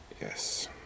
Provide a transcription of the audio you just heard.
Yes